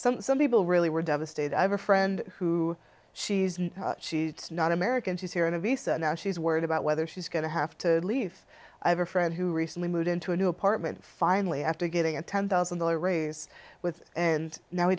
some some people really were devastated i have a friend who she's sheets not american she's here in a recent now she's worried about whether she's going to have to leave i have a friend who recently moved into a new apartment finally after getting a ten thousand dollar raise with and now he